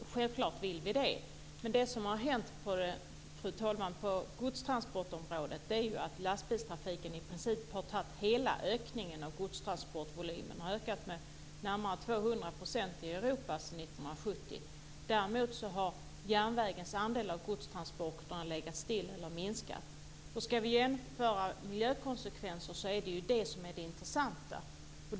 Fru talman! Självklart vill vi det. Men det som har hänt på godstransportområdet är ju att lastbilstrafiken i princip har tagit hela ökningen av godstransportvolymen. Den har ökat med närmare 200 % i Europa sedan 1970. Däremot har järnvägens andel av godstransporterna legat still eller minskat. Ska vi jämföra miljökonsekvenser är det ju det som är det intressanta.